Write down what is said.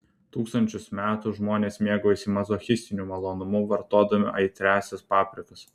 tūkstančius metų žmonės mėgaujasi mazochistiniu malonumu vartodami aitriąsias paprikas